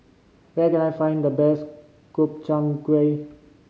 where can I find the best Gobchang Gui